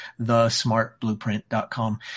thesmartblueprint.com